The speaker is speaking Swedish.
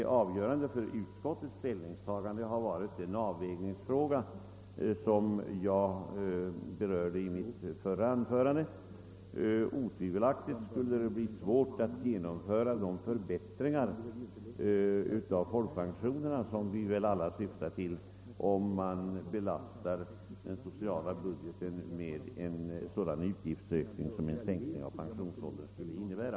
Det avgörande för utskottets ställningstagande har varit den avvägningsfråga som jag berörde i mitt förra anförande. Det skulle otvivelaktigt bli svårt att genomföra de förbättringar av folkpensionerna, som vi väl alla vill åstadkomma, om man belastade den sociala budgeten med en sådan utgiftsökning som en sänkning av pensionsåldern skulle innebära.